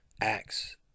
acts